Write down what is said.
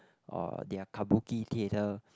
or their kabuki theatre